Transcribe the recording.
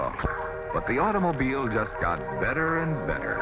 but the automobile just got better and better